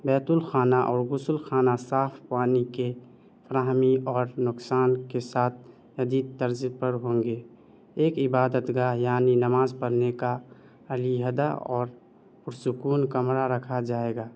بیت الخانہ اور غسل خانہ صاف پانی کے فراہمی اور نقصان کے ساتھ جدید طرز پر ہوں گے ایک عبادت گاہ یعنی نماز پڑھنے کا علیحدہ اور پرسکون کمرہ رکھا جائے گا